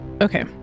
Okay